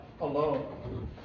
alone